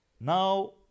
Now